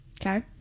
Okay